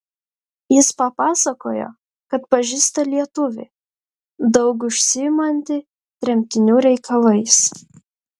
jis papasakojo kad pažįsta lietuvį daug užsiimantį tremtinių reikalais